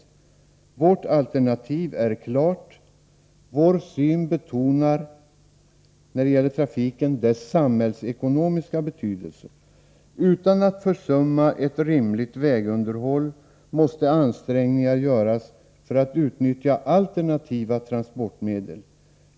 Vårt alternativ är klart. Vår syn på trafiken betonar dess samhällsekono miska betydelse. Utan att man försummar ett rimligt vägunderhåll måste ansträngningar göras för att utnyttja alternativa transportmedel.